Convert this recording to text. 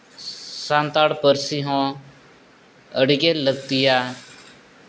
ᱥᱟᱱᱛᱟᱲ ᱯᱟᱹᱨᱥᱤ ᱦᱚᱸ ᱟᱹᱰᱤᱜᱮ ᱞᱟᱹᱠᱛᱤᱭᱟ